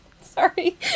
sorry